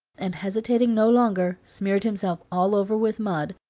and, hesitating no longer, smeared himself all over with mud,